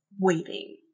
waiting